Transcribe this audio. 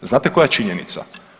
Znate koja je činjenica?